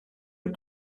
του